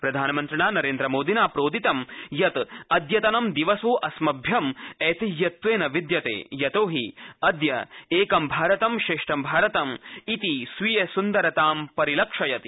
प्रधानमनित्रणा श्रीनरेन्द्रमोदिना प्रोदितं यत् अद्यतनं दिवसोऽस्म्भ्यं ऐतिह्यत्वेन विद्यते यतोहि अद्य एकं भारतं श्रेष्ठं भारतं इति स्वीय सुन्दरतां परिलक्षयति